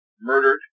murdered